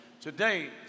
Today